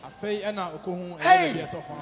Hey